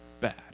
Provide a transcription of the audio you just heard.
bad